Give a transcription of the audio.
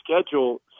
schedule